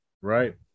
right